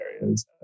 areas